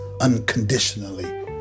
unconditionally